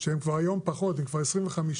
שהם כבר היום פחות, הם כבר 25 אחוז,